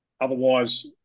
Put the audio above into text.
otherwise